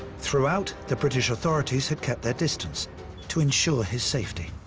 throughout, the british authorities had kept their distance to ensure his safety.